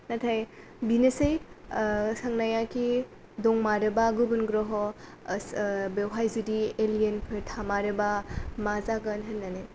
नाथाय बेनोसै सोंनाया खि दंमारोबा गुबुन ग्रह' बेवहाय जुदि एलियेनफोर थामारोबा मा जागोन होननानै